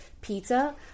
Pizza